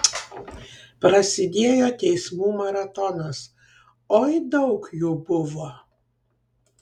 prasidėjo teismų maratonas oi daug jų buvo